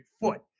foot